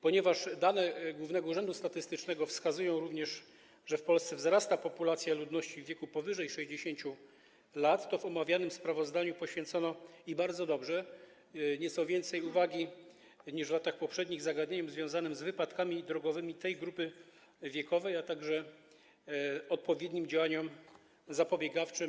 Ponieważ dane Głównego Urzędu Statystycznego wskazują również na to, że w Polsce wzrasta liczba ludzi w wieku powyżej 60. lat, w omawianym sprawozdaniu poświęcono, i bardzo dobrze, nieco więcej uwagi niż w latach poprzednich zagadnieniom związanym z wypadkami drogowymi tej grupy wiekowej, a także odpowiednim działaniom zapobiegawczym.